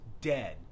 dead